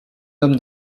homme